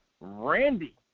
Randy